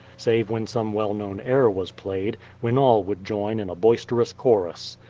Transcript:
save when some well known air was played, when all would join in a boisterous chorus.